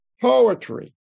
poetry